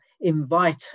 invite